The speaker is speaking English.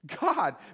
God